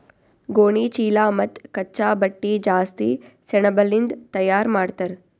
ಗೋಣಿಚೀಲಾ ಮತ್ತ್ ಕಚ್ಚಾ ಬಟ್ಟಿ ಜಾಸ್ತಿ ಸೆಣಬಲಿಂದ್ ತಯಾರ್ ಮಾಡ್ತರ್